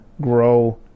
grow